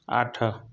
ଆଠ